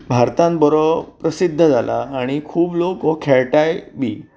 भारतांत बरो प्रसिद्ध जाला खूब लोक हो खेळटाय बी